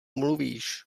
mluvíš